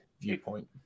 viewpoint